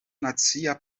nacia